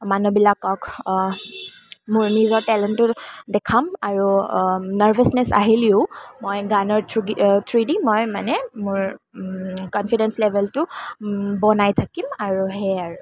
মানুহবিলাকক মোৰ নিজৰ টেলেণ্টটো দেখাম আৰু নাৰ্ভাচনেছ আহিলেও মই গানৰ থ্ৰোৱেদি মই মানে মোৰ কনফিডেন্স লেভেলটো বনাই থাকিম আৰু সেয়াই আৰু